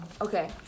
Okay